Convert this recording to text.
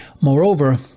Moreover